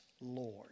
Lord